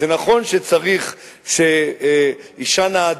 נכון שאשה נאה,